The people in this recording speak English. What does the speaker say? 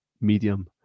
medium